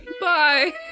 Bye